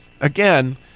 Again